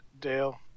Dale